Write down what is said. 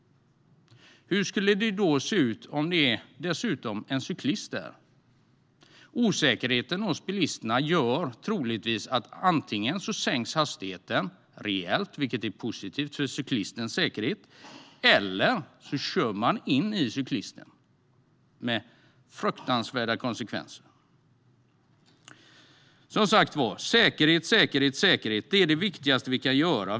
Hur skulle det då se ut om det dessutom var en cyklist där? Osäkerheten hos bilisterna leder antingen till att hastigheten sänks rejält, vilket är positivt för cyklistens säkerhet, eller till att bilisten kör in i cyklisten, vilket får fruktansvärda konsekvenser. Som sagt: Säkerhet är det viktigaste vi kan åstadkomma.